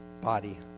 body